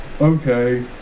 okay